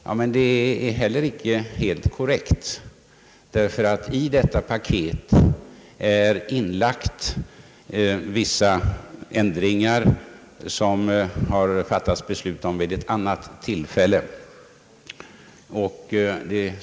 Ja, men det är heller inte alldeles korrekt, därför att i detta paket är inlagt vissa ändringar som har beslutats vid annat tillfälle.